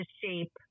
shape